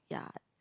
ya